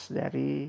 dari